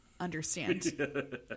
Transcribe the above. Understand